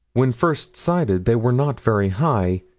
when first sighted, they were not very high.